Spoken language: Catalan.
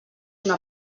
una